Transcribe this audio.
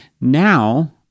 Now